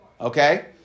Okay